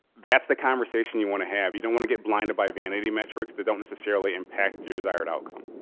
that's the conversation you want to have. you don't want to get blinded by vanity metrics that don't necessarily impact your desired outcome.